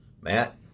Matt